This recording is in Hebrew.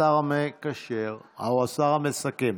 השר המסכם.